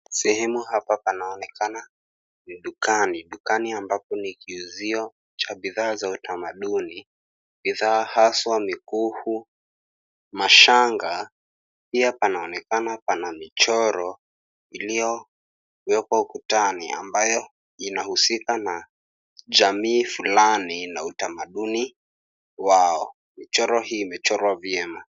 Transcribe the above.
Sehemu hapa panaonekana ni dukani. Dukani ambapo ni kiuzio cha bidhaa za utamaduni. Bidhaa haswa mikufu, mashanga. Pia panaonekana pana michoro iliyoko ukutani ambayo inahusika na jamii fulani na utamaduni wao. Michoro hii imechorwa vyema.